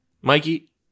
Mikey